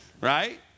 right